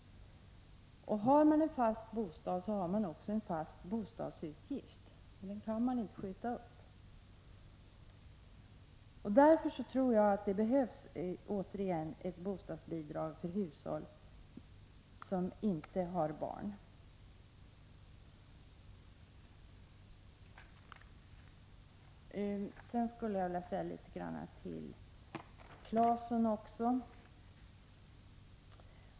Har man en fast bostad har man också en fast bostadsutgift, och den kan man inte skjuta upp. Därför tror jag alltså att det behövs bostadsbidrag till hushåll som inte har barn. Jag vill också säga något till Tore Claeson.